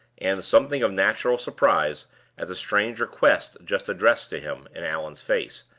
and something of natural surprise at the strange request just addressed to him, in allan's face,